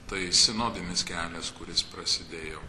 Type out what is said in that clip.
tai sinodinis kelias kuris prasidėjo